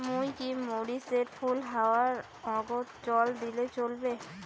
মুই কি মরিচ এর ফুল হাওয়ার আগত জল দিলে চলবে?